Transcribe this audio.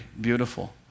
beautiful